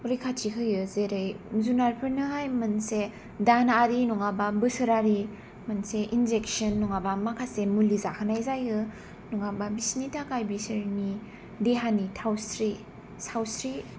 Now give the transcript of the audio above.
रैखाथि होयो जेरै जुनारफोरनोहाय मोनसे दानआरि नङाबा बोसोरारि मोनसे इनजेकसन नङाबा माखासे मुलि जाहोनाय जायो नङाबा बिसिनि थाखाय बिसोरनि देहानि थावस्रि सावस्रि